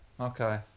okay